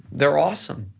they're awesome,